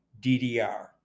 DDR